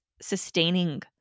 sustaining